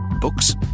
Books